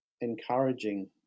encouraging